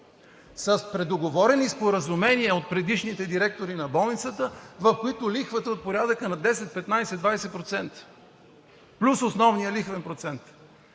с предоговорени споразумения от предишните директори на болницата, в които лихвата е от порядъка на 10 – 15 – 20% плюс основния лихвен процент.